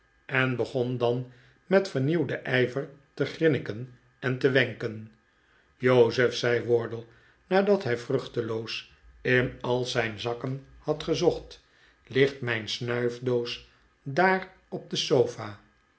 en begon dan met vernieuwden ijver te grinniken en te wenken jozef zei wardle nadat hij vruchteloos in al zijn zakken had gezocht ligt mijn snuifdoos daar op de sofa